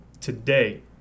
today